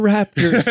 Raptors